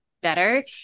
better